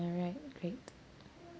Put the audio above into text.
all right great